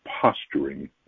posturing